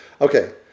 Okay